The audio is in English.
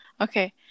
okay